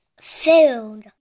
food